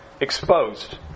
exposed